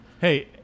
Hey